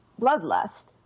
bloodlust